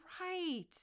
right